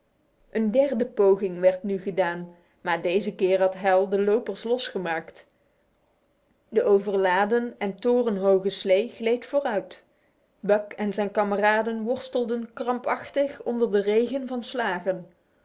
een derde poging werd nu gedaan maar deze keer had hal de lopers losgemaakt de overladen en torenhoge slee gleed vooruit buck en zijn kameraden worstelden krampachtig onder de regen van slagen